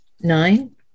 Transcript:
Nine